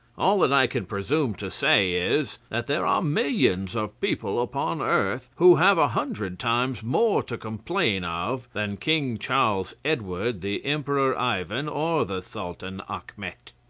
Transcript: all that i can presume to say is, that there are millions of people upon earth who have a hundred times more to complain of than king charles edward, the emperor ivan, or the sultan achmet.